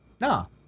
No